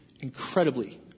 incredibly